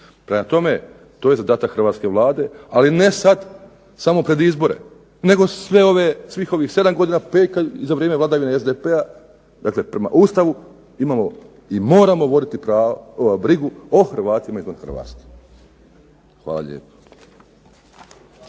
Prema tome, to je zadatak hrvatske Vlade, ali ne sad samo pred izbore, nego sve ove, svih ovih 7 godina, …/Ne razumije se./…, i za vrijeme vladavine SDP-a, dakle prema Ustavu imamo i moramo voditi brigu o Hrvatima izvan Hrvatske. Hvala lijepo.